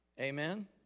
Amen